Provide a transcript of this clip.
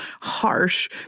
harsh